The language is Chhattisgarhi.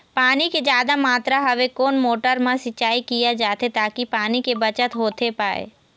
पानी के जादा मात्रा हवे कोन मोटर मा सिचाई किया जाथे ताकि पानी के बचत होथे पाए?